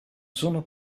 sono